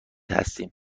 هستیم